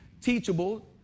teachable